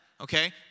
okay